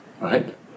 right